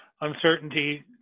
uncertainty